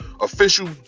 official